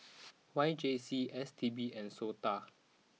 Y J C S T B and Sota